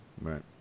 Right